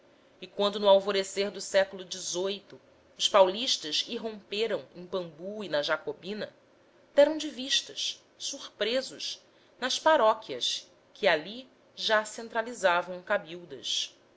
e quando no alvorecer do século xviii os paulistas irromperam em pambu e na jacobina deram de vistas surpresos nas paróquias que ali já centralizavam cabildas